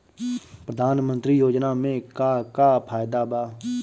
प्रधानमंत्री योजना मे का का फायदा बा?